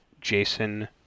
Jason